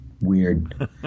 weird